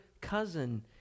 cousin